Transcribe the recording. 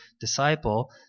disciple